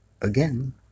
again